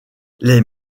les